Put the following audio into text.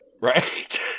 right